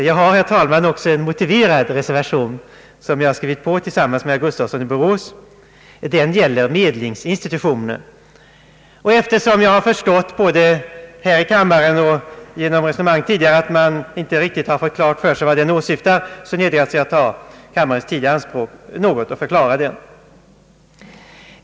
Jag har, herr talman, också en motiverad reservation som jag skrivit på tillsammans med herr Gustafsson i Borås. Den gäller medlingsinstitutionen. Eftersom jag har förstått både här i kammaren och genom resonemang tidigare att man inte riktigt fått klart för sig vad den åsyftar, nödgas jag ta kammarens tid något i anspråk för att förklara den.